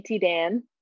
Dan